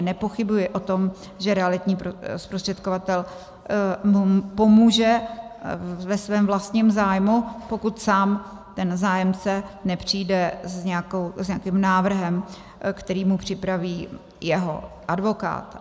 Nepochybuji o tom, že realitní zprostředkovatel pomůže ve svém vlastním zájmu, pokud sám ten zájemce nepřijde s nějakým návrhem, který mu připraví jeho advokát.